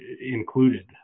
included